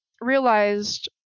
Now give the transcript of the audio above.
realized